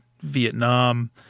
Vietnam